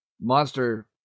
monster